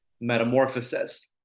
metamorphosis